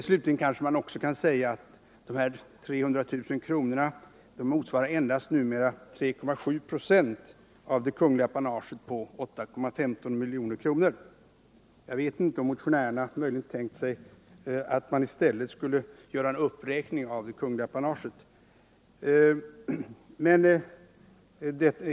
Slutligen kan jag också säga att de här 300 000 kronorna endast motsvarar 3,7 0 av det kungliga apanaget på 8,175 milj.kr. Jag vet inte om motionärerna möjligen har tänkt sig att man i stället skulle göra en uppräkning av det kungliga apanaget.